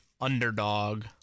underdog